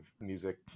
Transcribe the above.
music